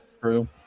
True